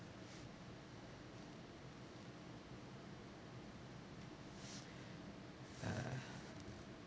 uh